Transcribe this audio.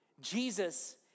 Jesus